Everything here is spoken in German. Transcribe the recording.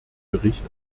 bericht